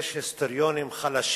ויש היסטוריונים חלשים.